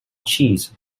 cheese